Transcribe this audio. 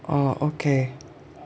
oh okay